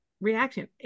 reaction